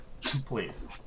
Please